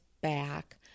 back